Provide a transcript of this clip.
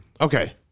Okay